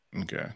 Okay